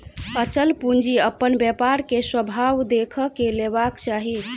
अचल पूंजी अपन व्यापार के स्वभाव देख के लेबाक चाही